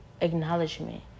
acknowledgement